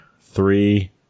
three